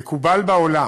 מקובל בעולם,